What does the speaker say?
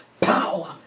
power